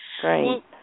Great